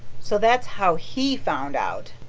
so that's how he found out.